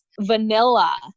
Vanilla